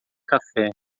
café